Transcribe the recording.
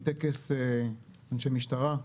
אנשי משטרה,